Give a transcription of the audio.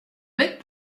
bec